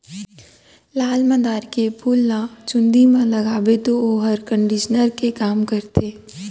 लाल मंदार के फूल ल चूंदी म लगाबे तौ वोहर कंडीसनर के काम करथे